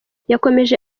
yakomeje